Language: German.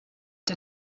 der